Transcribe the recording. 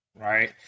right